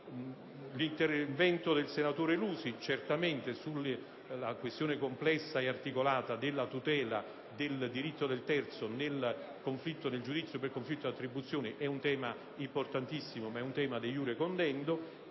all'intervento del senatore Lusi, certamente sulla questione complessa ed articolata della tutela del diritto del terzo nel giudizio per il conflitto di attribuzione è un tema importantissimo ma *de iure condendo*.